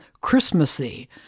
Christmassy